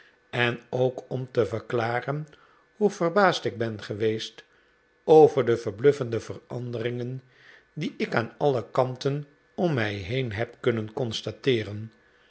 en ook om te verklaren hoe verbaasd ik ben geweest over de verbluffende veranderingen die ik aan alle kanten om mij heen heb kunnen constateeren